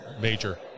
major